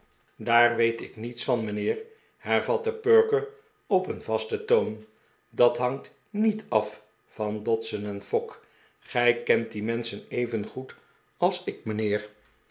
daar weet ik niets van mijnheer hervatte perker op een vast'en toon dat hangt niet af van dodson en fogg gij kent die menschen even goed als ik mijnheer